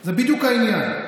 זה בדיוק העניין.